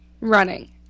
running